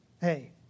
hey